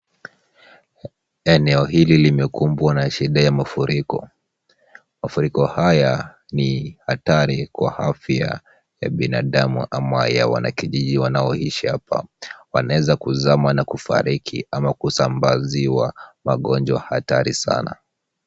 Eneo hili limekumbwa na shida ya mafuriko. Mafuriko haya ni hatari kwa afya ya binadamu ama ya wanakijiji wanao ishi hapa. Wanaweza kuzama na kufariki ama kusambaziwa magojwa hatari sana.